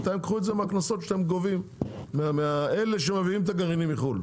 בינתיים קחו את זה מהקנסות שאתם גובים מאלה שמביאים את הגרעינים מחו"ל.